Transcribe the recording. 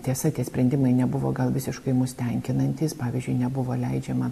tiesa tie sprendimai nebuvo gal visiškai mus tenkinantys pavyzdžiui nebuvo leidžiama